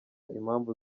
impamvu